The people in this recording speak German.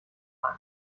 sein